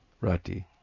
rati